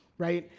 right?